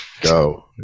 go